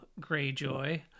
Greyjoy